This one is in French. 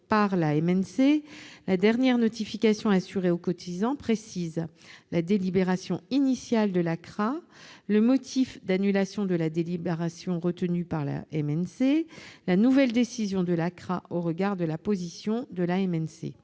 contrôle, la dernière notification assurée au cotisant précise : la délibération initiale de la CRA ; le motif d'annulation de la délibération retenu par la MNC ; la nouvelle décision de la CRA au regard de la position de la MNC.